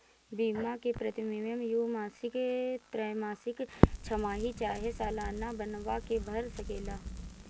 बीमा के प्रीमियम तू मासिक, त्रैमासिक, छमाही चाहे सलाना बनवा के भर सकेला